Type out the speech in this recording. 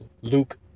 Luke